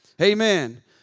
Amen